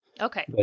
Okay